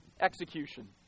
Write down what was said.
execution